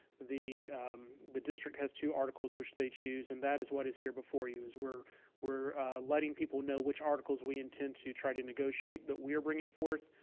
the the district has two articles which they choose and that is what is here before you. we're we're letting people know which articles we intend to try to negotiate that we're bringing forth.